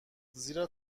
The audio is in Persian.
زیرا